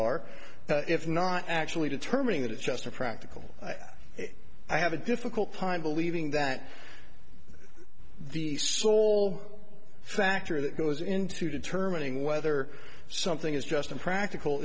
are if not actually determining that it's just a practical i have a difficult time believing that the sole factor that goes into determining whether something is just impractical